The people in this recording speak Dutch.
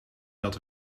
dat